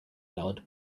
loud